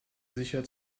sicher